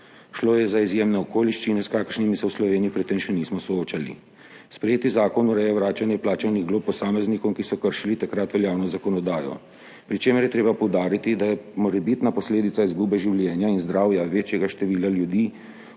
Šlo je za izjemne okoliščine, s kakršnimi se v Sloveniji pred tem še nismo soočali. Sprejeti zakon ureja vračanje plačanih glob posameznikom, ki so kršili takrat veljavno zakonodajo, pri čemer je treba poudariti, da je morebitna posledica izgube življenja in zdravja večjega števila ljudi